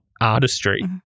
artistry